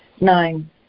Nine